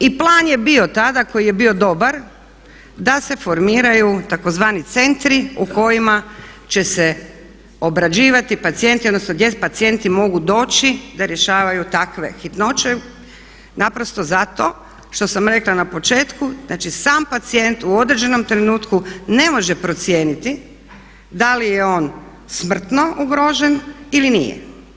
I plan je bio tada koji je bio dobar da se formiraju tzv. centri u kojima će se obrađivati pacijenti odnosno gdje pacijenti mogu doći da rješavaju takve hitnoće, naprosto zato što sam rekla na početku, znači sam pacijent u određenom trenutku ne može procijeniti da li je on smrtno ugrožen ili nije.